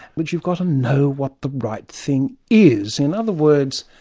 but you've got to know what the right thing is. in other words,